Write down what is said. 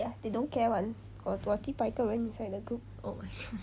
ya they don't care [one] got got 几百个人 inside the group